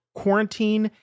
quarantine